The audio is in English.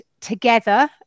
together